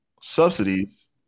subsidies